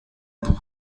boue